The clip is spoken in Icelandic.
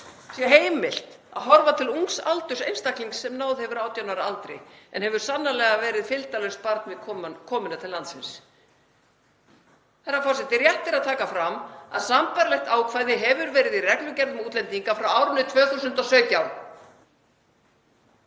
sé heimilt að horfa til ungs aldurs einstaklings sem náð hefur 18 ára aldri en hefur sannarlega verið fylgdarlaust barn við komuna til landsins. Herra forseti. Rétt er að taka fram að sambærilegt ákvæði hefur verið í reglugerðum útlendinga frá árinu 2017.